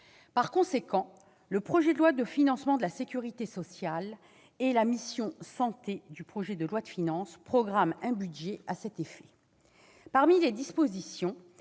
de soins. Le projet de loi de financement de la sécurité sociale et la mission « Santé » du projet de loi de finances programment un budget à cet effet. Parmi les dispositions,